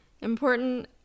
important